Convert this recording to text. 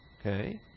okay